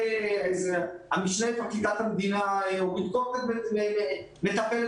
המשנה לפרקליטת המדינה אורית קורן מטפלת